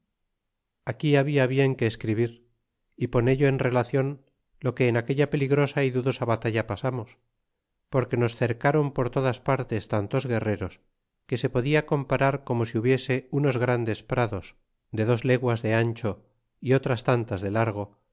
aquí habia bien que escribir y ponello en relacion lo que en esta peligrosa y dudosa batalla pasamos porque nos cercaron por todas partes tantos guerreros que se podia comparar como si hubiese unos grandes prados de dos leguas de ancho y otras tantas de largo